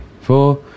four